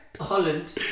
Holland